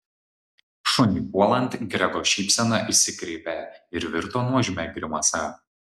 šuniui puolant grego šypsena išsikreipė ir virto nuožmia grimasa